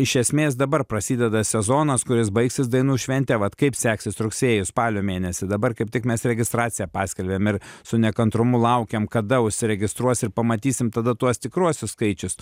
iš esmės dabar prasideda sezonas kuris baigsis dainų švente vat kaip seksis rugsėjį spalio mėnesį dabar kaip tik mes registraciją paskelbėm ir su nekantrumu laukiam kada užsiregistruos ir pamatysim tada tuos tikruosius skaičius